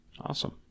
Awesome